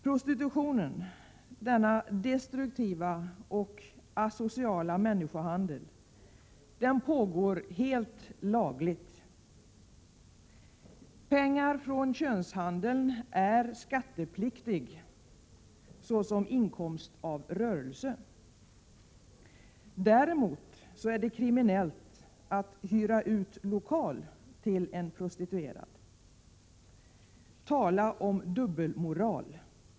Prostitutionen, denna destruktiva och asociala människohandel, pågår helt lagligt. Pengar från könshandeln är skattepliktiga såsom inkomst av rörelse. Däremot är det kriminellt att hyra ut lokal till en prostituerad. Tala om dubbelmoral!